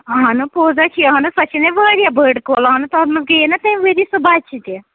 اَہَنُو پوٚز ہا چھُی اہنُو سۄ چھنہ واریاہ بٔڑ کۄل اہنُو تَتھ منٛز گٔیے نا تمہِ ؤرۍ یہِ سُہ بَچہِ تہِ